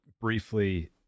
briefly